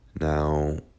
Now